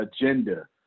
agenda